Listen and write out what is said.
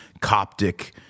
Coptic